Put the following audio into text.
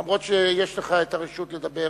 אף שיש לך הרשות לדבר